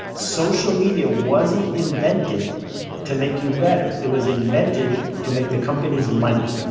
social media wasn't invented to make you better. it was invented to make the companies money.